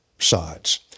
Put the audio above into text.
sides